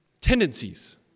tendencies